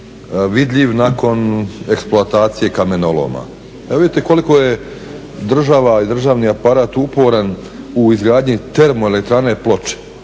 vidljiv nakon eksploatacije kamenoloma. Evo vidite koliko je država i državni aparat uporan u izgradnji Termoelektrane Ploče